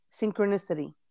synchronicity